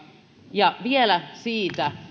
ja vielä siitä